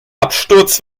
absturz